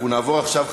אנחנו נעבור עכשיו,